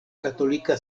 katolika